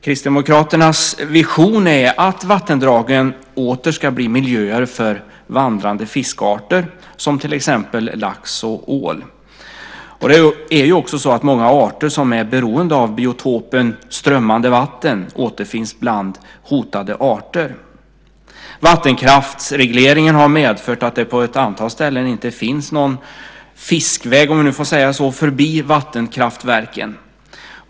Kristdemokraternas vision är att vattendragen åter ska bli miljöer för vandrande fiskarter som lax och ål. Det är också så att många arter som är beroende av biotopen strömmande vatten återfinns bland hotade arter. Vattenkraftsregleringen har medfört att det på ett antal ställen inte finns någon fiskväg, om jag nu får säga så, förbi vattenkraftverken.